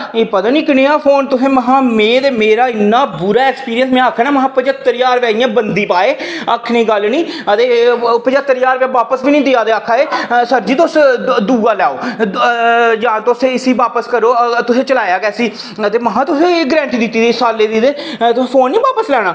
एह् पता निं कनेहा फोन में ते पता निं मेरा पूरा एक्सपीरियंस में आक्खा ना मेरी पूरा पंज्हत्तर रपेआ इंया बंदी पाए आखनै दी गल्ल निं ते एह् पंज्हत्तर ज्हार रपेआ बापस निं देआ दे आक्खा दे सर जी तुस दूआ लैओ जां इसी स्हेई स्हेई बापस करो तुसें इसी चलाया किसी ते महां तुसें एह् गारंटी दित्ती दी सालै दी ते तुसें फोन निं बापस लैना आं